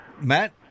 Matt